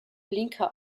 blinker